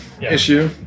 issue